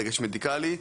דגש מדיקלי,